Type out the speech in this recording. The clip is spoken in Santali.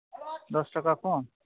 ᱫᱚᱥ ᱴᱟᱠᱟ ᱠᱚᱢ